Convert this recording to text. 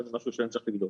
זה משהו שאני צריך לבדוק.